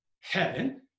heaven